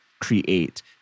create